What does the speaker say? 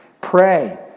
pray